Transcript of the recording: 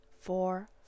four